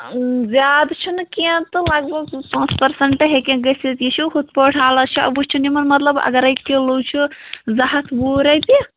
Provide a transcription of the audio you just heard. زیادٕ چھِنہٕ کیٚنہہ تہٕ لگ بگ زٕ پانٛژھ پٕرسَنٛٹ ہیٚکن گٔژھِتھ یہِ چھُو ہُتھ پٲٹھۍ ہالَس چھِ وٕچھُن یِمَن مطلب اگرَے کِلوٗ چھُ زٕ ہَتھ وُہ رۄپیہِ